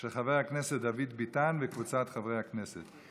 של חבר הכנסת דוד ביטן וקבוצת חברי הכנסת.